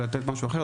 ולתת משהו אחר?